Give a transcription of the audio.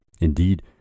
Indeed